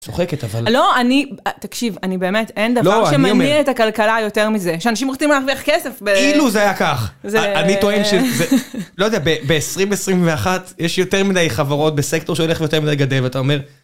צוחקת אבל לא אני תקשיב אני באמת אין דבר שמניע את הכלכלה יותר מזה שאנשים רוצים להרוויח כסף. אילו זה היה כך אני טוען שזה לא יודע ב-2021 יש יותר מדי חברות בסקטור שהולך יותר מדי גדל ואתה אומר.